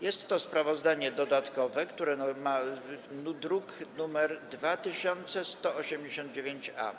Jest to sprawozdanie dodatkowe, druk nr 2189-A.